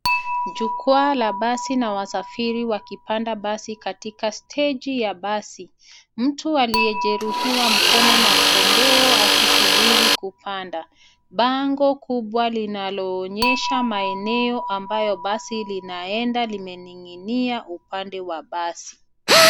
Jukwa la basi na wasafiri wakipanda basi katika steji ya basi. Mtu aliyejeruhiwa mkono na kombeo akisubiri kupanda. Bango kubwa linaloonyesha maeneo ambayo basi linaloeenda limeng'ing'inia upande wa basi.